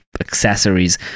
accessories